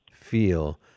feel